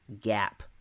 gap